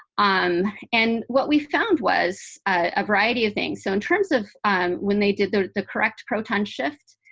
um um and what we found was a variety of things. so in terms of when they did the the correct proton shift,